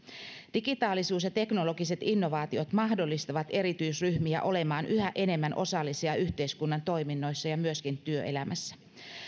digitaalisuus ja teknologiset innovaatiot mahdollistavat erityisryhmiä olemaan yhä enemmän osallisia yhteiskunnan toiminnoissa ja myöskin työelämässä